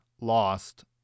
lost